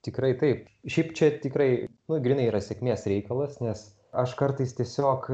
tikrai taip šiaip čia tikrai nu grynai yra sėkmės reikalas nes aš kartais tiesiog